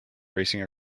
racing